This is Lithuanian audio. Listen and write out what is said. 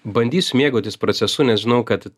bandysiu mėgautis procesu nes žinau kad